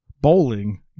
bowling